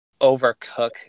overcook